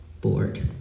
Board